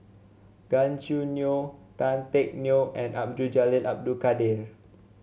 Gan Choo Neo Tan Teck Neo and Abdul Jalil Abdul Kadir